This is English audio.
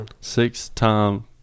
Six-time –